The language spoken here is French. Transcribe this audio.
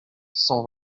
cent